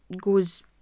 goes